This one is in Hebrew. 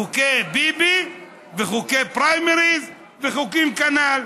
חוקי ביבי וחוקי פריימריז וחוקים כנ"ל.